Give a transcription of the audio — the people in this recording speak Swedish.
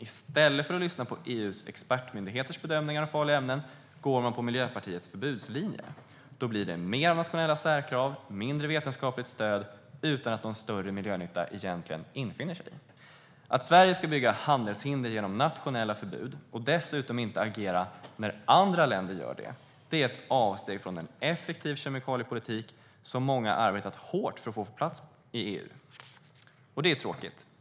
I stället för att lyssna på EU:s expertmyndigheters bedömningar av farliga ämnen går man på Miljöpartiets förbudslinje. Då blir det mer av nationella särkrav och mindre vetenskapligt stöd utan att någon större miljönytta infinner sig. Att Sverige ska bygga handelshinder genom nationella förbud och dessutom inte agera när andra länder gör det är ett avsteg från den effektiva kemikaliepolitik som många har arbetat hårt för att få på plats i EU. Det är tråkigt.